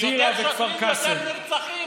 יותר שוטרים, יותר נרצחים.